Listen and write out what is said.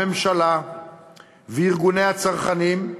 הממשלה וארגוני הצרכנים,